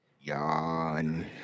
Yawn